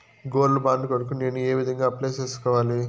Gold bond కొరకు నేను ఏ విధంగా అప్లై సేసుకోవాలి?